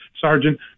sergeant